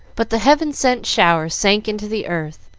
but the heaven-sent shower sank into the earth,